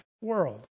world